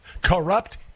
corrupt